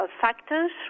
factors